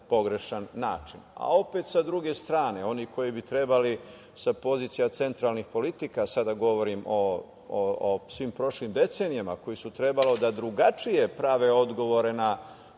pogrešan način. Opet, sa druge strane, oni koji bi trebali sa pozicija centralnih politika, sada govorim o svim prošlim decenijama, koji su trebali drugačije da prave odgovore na